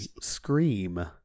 Scream